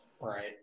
Right